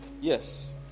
Yes